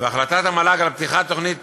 והחלטת המל"ג על פתיחת תוכנית